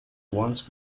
once